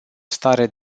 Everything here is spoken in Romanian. stare